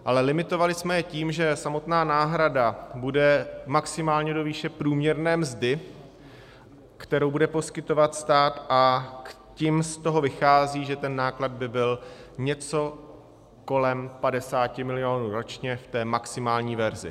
Ale limitovali jsme je tím, že samotná náhrada bude maximálně do výše průměrné mzdy, kterou bude poskytovat stát, a tím z toho vychází, že ten náklad by byl něco kolem 50 milionů ročně v té maximální verzi.